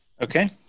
Okay